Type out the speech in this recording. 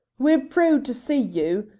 we're prood to see you,